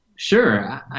Sure